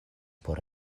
por